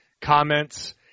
comments